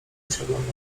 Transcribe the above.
usiadłem